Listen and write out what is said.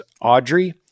Audrey